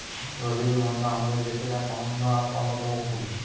রজনীগন্ধা আমাদের দেশের এক অনন্য আর অন্যতম ফুল